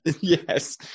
Yes